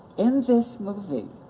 in this movie,